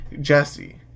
Jesse